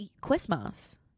Christmas